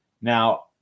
Now